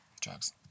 Drugs